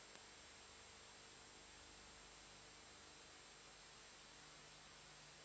Grazie